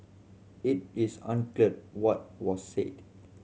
it is unclear what was said